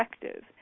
effective